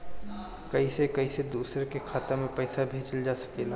कईसे कईसे दूसरे के खाता में पईसा भेजल जा सकेला?